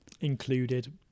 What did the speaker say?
Included